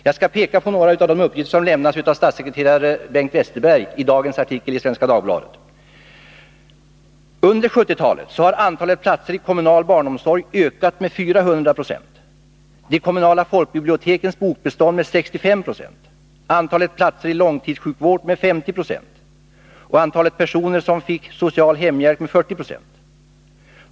Jag skall peka på några av de uppgifter som lämnas av statssekreterare Bengt Westerberg i dag i en artikel i Svenska Dagbladet: ”Sålunda ökade under 1970-talet t.ex. antalet platser i kommunal barnomsorg med över 400 procent, de kommunala folkbibliotekens bokbestånd med 65 procent, antalet platser i långtidssjukvård med 50 procent och antalet personer som fick social hemhjälp med 40 procent.